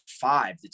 five